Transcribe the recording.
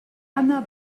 anna